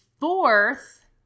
fourth